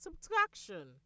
subtraction